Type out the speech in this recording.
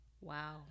Wow